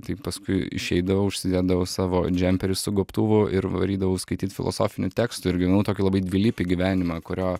tai paskui išeidavau užsidėdavau savo džemperį su gobtuvu ir varydavau skaityt filosofinių tekstų ir gyvenau tokį labai dvilypį gyvenimą kurio